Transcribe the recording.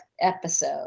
episode